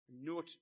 Note